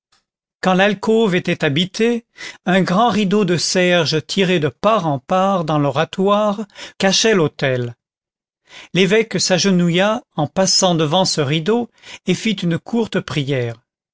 quand l'alcôve était habitée un grand rideau de serge tiré de part en part dans l'oratoire cachait l'autel l'évêque s'agenouilla en passant devant ce rideau et fit une courte prière